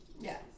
Yes